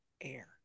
air